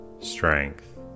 strength